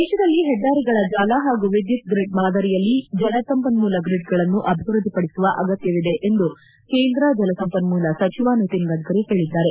ದೇಶದಲ್ಲಿ ಹೆದ್ದಾರಿಗಳ ಜಾಲ ಹಾಗೂ ವಿದ್ಯುತ್ ಗ್ರಿಡ್ ಮಾದರಿಯಲ್ಲಿ ಜಲ ಸಂಪನ್ಮೂಲ ಗ್ರಿಡ್ಗಳನ್ನು ಅಭಿವೃದ್ದಿಪಡಿಸುವ ಅಗತ್ವವಿದೆ ಎಂದು ಕೇಂದ್ರ ಜಲ ಸಂಪನ್ಮೂಲ ಸಚವ ನಿತಿನ್ ಗಡ್ಕರಿ ಹೇಳಿದ್ದಾರೆ